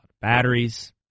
batteries